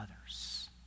others